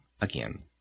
again